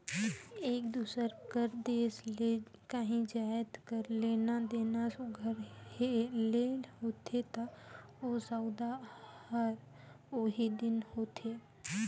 एक दूसर कर देस ले काहीं जाएत कर लेना देना सुग्घर ले होथे ता ओ सउदा हर ओही दिन होथे